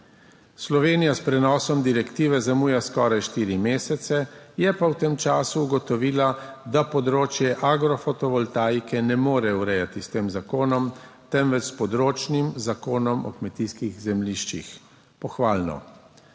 Slovenija s prenosom direktive zamuja skoraj štiri mesece, je pa v tem času ugotovila, da področje agrofotovoltaike ne more urejati s tem zakonom, temveč s področnim zakonom o kmetijskih zemljiščih. Pohvalno.